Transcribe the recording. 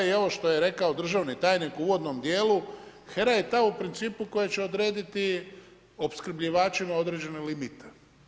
I ovo što je rekao državni tajnik u uvodnom dijelu, HERA je ta u principu koja će odrediti opskrbljivačima određene limite.